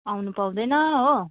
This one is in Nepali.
आउनु पाउँदैन हो